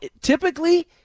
typically